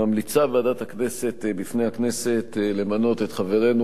ממליצה ועדת הכנסת בפני הכנסת למנות את חברנו